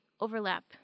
overlap